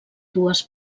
dues